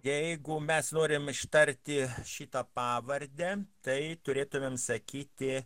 jeigu mes norim ištarti šitą pavardę tai turėtumėm sakyti